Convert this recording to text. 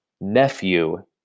nephew